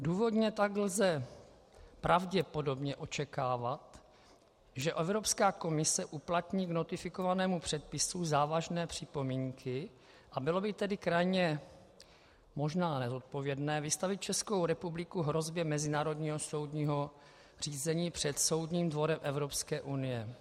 Důvodně tak lze pravděpodobně očekávat, že Evropská komise uplatní k notifikovanému předpisu závažné připomínky, a bylo by tedy možná krajně nezodpovědné vystavit Českou republiku hrozbě mezinárodního soudního řízení před Soudním dvorem Evropské unie.